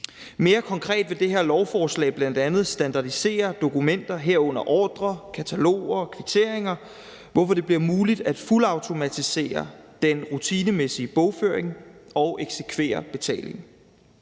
Mere konkret vil det her lovforslag bl.a. standardisere dokumenter, herunder ordrer, kataloger og kvitteringer, hvorfor det bliver muligt at fuldautomatisere den rutinemæssige bogføring og eksekvere betalingen.